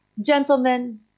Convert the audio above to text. Gentlemen